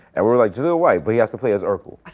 and we were like, jaleel white. but he has to play as urkel.